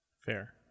Fair